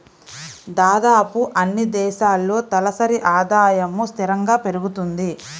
దాదాపుగా అన్నీ దేశాల్లో తలసరి ఆదాయము స్థిరంగా పెరుగుతుంది